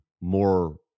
more